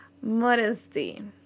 modesty